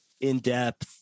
in-depth